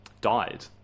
died